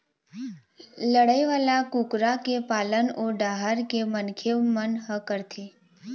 लड़ई वाला कुकरा के पालन ओ डाहर के मनखे मन ह करथे